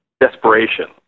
desperation